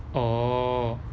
oh